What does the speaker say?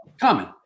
Common